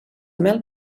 mel